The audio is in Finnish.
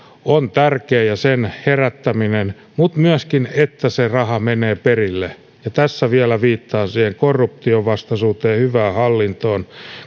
ja sen herättäminen on tärkeää mutta myöskin se että se raha menee perille ja tässä vielä viittaan siihen korruption vastaisuuteen ja hyvään hallintoon